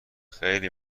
خیلی